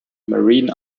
marin